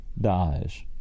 dies